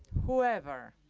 whoever